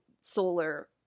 solar